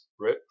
right